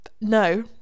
no